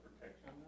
protection